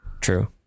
True